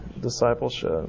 discipleship